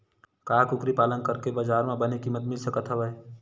का कुकरी पालन करके बजार म बने किमत मिल सकत हवय?